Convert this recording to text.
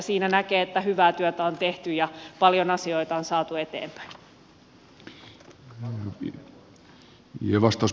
siinä näkee että hyvää työtä on tehty ja paljon asioita on saatu eteenpäin